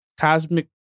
cosmic